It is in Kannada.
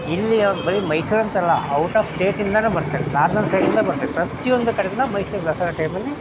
ಇಲ್ಲಿಯ ಬರಿ ಮೈಸೂರು ಅಂತಲ್ಲ ಔಟ್ ಆಫ್ ಸ್ಟೇಟಿಂದಲೂ ಬರ್ತಾರೆ ನಾರ್ತನ್ ಸೈಡಿಂದ ಬರ್ತಾರೆ ಪ್ರತಿಯೊಂದು ಕಡೆಯಿಂದ ಮೈಸೂರು ದಸರ ಟೈಮಲ್ಲಿ